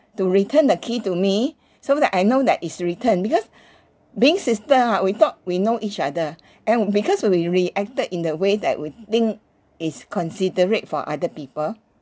to return the key to me so that I know that it's returned because being sister ha we thought we know each other and because we reacted in the way that we think is considerate for other people